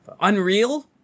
unreal